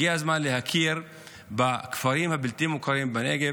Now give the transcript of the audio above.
הגיע הזמן להכיר בכפרים הבלתי-מוכרים בנגב,